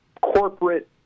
corporate